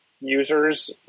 users